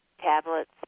tablets